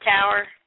tower